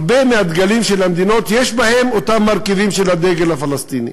בהרבה מהדגלים של המדינות יש אותם מרכיבים של הדגל הפלסטיני,